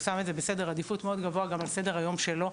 הוא שם את זה בסדר עדיפות מאוד גבוה גם על סדר היום שלו.